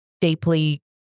deeply